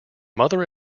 mother